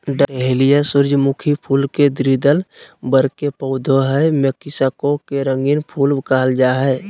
dahlia सूर्यमुखी फुल के द्विदल वर्ग के पौधा हई मैक्सिको के रंगीन फूल कहल जा हई